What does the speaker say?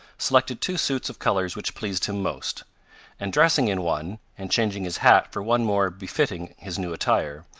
selected two suits of colors which pleased him most and dressing in one, and changing his hat for one more befitting his new attire,